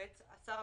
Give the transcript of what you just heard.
לפי סעיף זה,